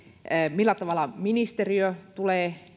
millä tavalla ministeriö tulee